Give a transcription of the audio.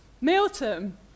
Milton